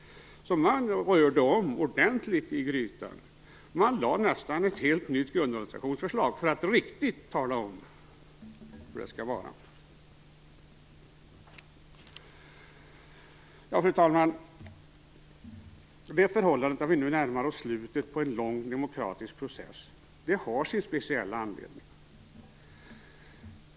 Man rörde om ordentligt i grytan. Man lade ett nästan helt nytt grundorganisationsförslag, för att riktigt tala om hur det skulle vara. Fru talman! Det förhållandet att vi nu närmar oss slutet på en lång demokratisk process har sin speciella anledning.